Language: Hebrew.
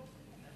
שלוש דקות.